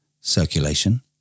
circulation